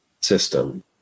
system